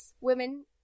women